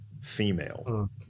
female